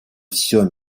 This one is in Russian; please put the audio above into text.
все